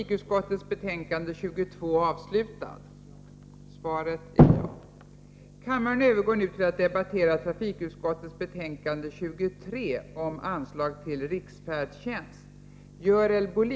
Kammaren övergår nu till att debattera trafikutskottets betänkande 23 om anslag till Riksfärdtjänst m.m.